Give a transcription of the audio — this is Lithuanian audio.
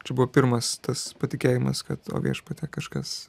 čia buvo pirmas tas patikėjimas kad o viešpatie kažkas